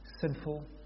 sinful